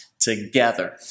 together